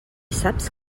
saps